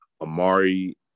Amari